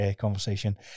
conversation